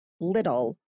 little